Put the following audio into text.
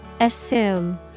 Assume